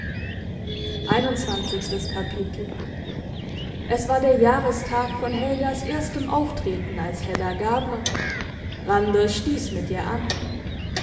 es war der jahrestag von helgas erstem auftreten als hedda gabler randers stiess mit ihr an